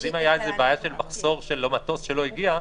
אז אם היתה בעיית מחסור של מטוס שלא הגיע,